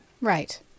right